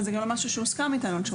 וזה גם לא משהו שהוסכם איתנו.